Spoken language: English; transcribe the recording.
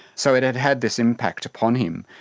so it had had this impact upon him.